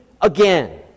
again